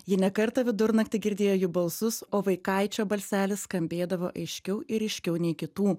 ji ne kartą vidurnaktį girdėjo jų balsus o vaikaičio balselis skambėdavo aiškiau ir ryškiau nei kitų